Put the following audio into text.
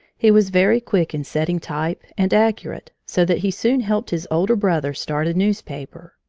he was very quick in setting type and accurate, so that he soon helped his older brother start a newspaper.